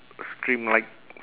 stream like